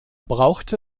brauchte